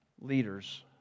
leaders